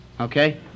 Okay